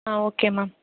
ah okay ma'am